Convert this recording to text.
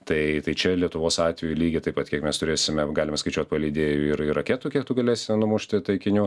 tai tai čia lietuvos atveju lygiai taip pat kiek mes turėsime galime skaičiuot paleidėjų ir ir raketų kiek tu galėsi numušti taikinių